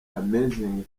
amazing